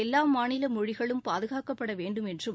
எல்லா மாநில மொழிகளும் பாதுகாக்கப்பட வேண்டும் என்றும்